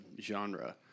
genre